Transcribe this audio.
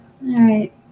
right